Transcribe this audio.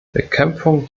bekämpfung